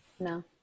No